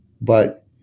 But-